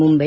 Mumbai